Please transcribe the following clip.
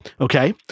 Okay